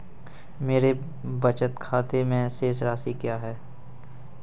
मेरे बचत खाते में शेष राशि क्या है?